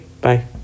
Bye